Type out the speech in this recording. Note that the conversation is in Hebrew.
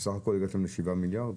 ובסך הכול הגעתם ל-7 מיליארד?